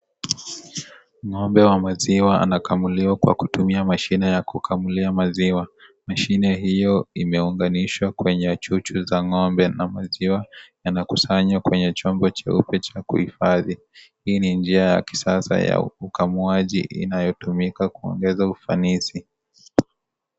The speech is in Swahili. Ng'ombe wa maziwa anakamuliwa kwa kutumia mashine ya kukamulia maziwa. Mashine hiyo imeunganishwa kwenye chuchu za ng'ombe na maziwa yanakusanya kwenye chombo cheupe cha kuhifadhi. Hii ni njia ya kisasa ya ukamuaji inayotumika kuongeza ufanisi.